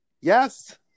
yes